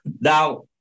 Now